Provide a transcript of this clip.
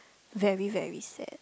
very very sad